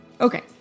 Okay